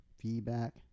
Feedback